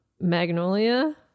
Magnolia